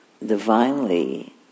Divinely